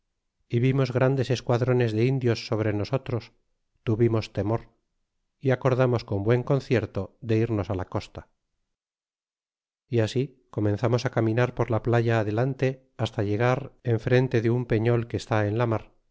s vimos grandes esquadrones de indios sobre nosotros tuvimos temor y acordamos con buen concierto de irnos la costa y así comenzamos á caminar por la playa adelante hasta llegar enfrente de un peñol que esta ea la mar